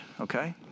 okay